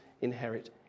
inherit